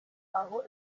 aho